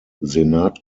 senat